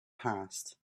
past